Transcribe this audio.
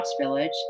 Village